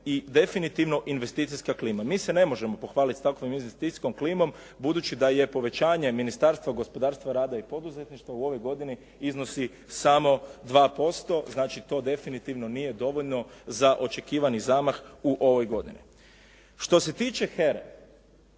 i definitivno investicijska klima. Mi se ne možemo pohvaliti s takvom investicijskom klimom budući da je povećanje Ministarstva gospodarstva, rada i poduzetništva u ovoj godini iznosi samo 2%. Znači to definitivno nije dovoljno za očekivani zamah u ovoj godini. Što se tiče HERA-e